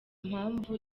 mpamvu